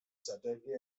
saturday